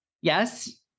Yes